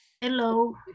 Hello